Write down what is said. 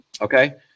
Okay